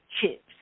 chips